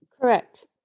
Correct